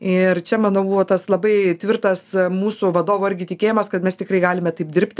čia manau buvo tas labai tvirtas mūsų vadovo irgi tikėjimas kad mes tikrai galime taip dirbti